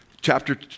Chapter